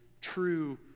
true